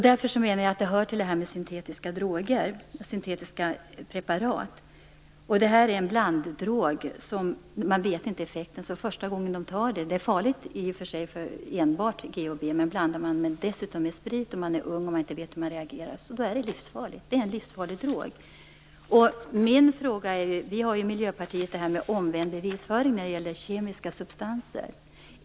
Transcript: Därför menar jag att det hör till syntetiska preparat. Det är en blanddrog som man inte vet effekten av. Enbart GHB är i och för sig farligt. Men blandar man dessutom GHB med sprit, är man ung och inte vet hur man reagerar, är det livsfarligt. Det är en livsfarlig drog. Vi har i Miljöpartiet fört fram omvänd bevisföring när det gäller kemiska substanser.